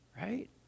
right